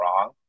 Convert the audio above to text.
wrong